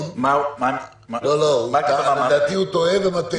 --- מה --- לדעתי הוא טועה ומטעה.